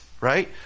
right